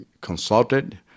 consulted